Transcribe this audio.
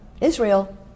Israel